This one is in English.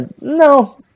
no